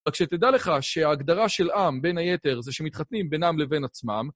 רק שתדע לך שההגדרה של עם בין היתר זה שמתחתנים בינם לבין עצמם.